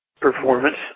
performance